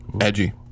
edgy